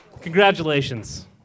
Congratulations